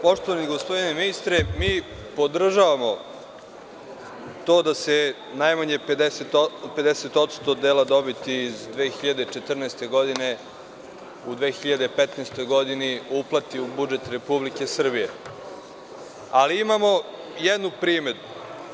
Poštovani gospodine ministre, mi podržavamo to da se najmanje 50% dela dobiti iz 2014. godine u 2015. godini uplati u budžet Republike Srbije, ali imamo jednu primedbu.